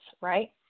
right